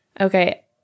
Okay